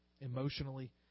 emotionally